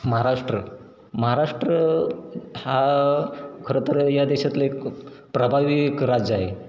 महाराष्ट्र महाराष्ट्र हा खरंतर या देशातले एक प्रभावी एक राज्य आहे